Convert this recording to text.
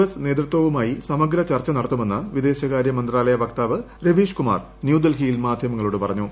S നേതൃത്വവുമായിട്ട് സമഗ്ര ചർച്ച നടത്തുമെന്ന് വിദേശകാര്യമന്ത്രാലയ വക്താവ് രവീഷ്ടപ്പ് കുമാർ ന്യൂഡൽഹിയിൽ മാധ്യമങ്ങളോട് പറഞ്ഞു